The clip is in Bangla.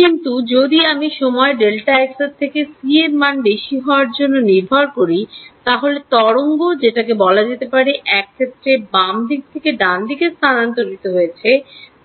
কিন্তু যদি আমি সময় delta x এর থেকে c মান বেশি হওয়ার জন্য নির্ভর করি তাহলে তরঙ্গ যেটাকে বলা যেতে পারে এক ক্ষেত্রে বাম দিক থেকে ডান দিকে স্থানান্তরিত হয়েছে